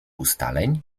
ustaleń